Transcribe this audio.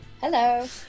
Hello